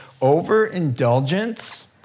Overindulgence